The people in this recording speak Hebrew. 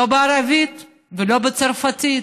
לא בערבית ולא בצרפתית.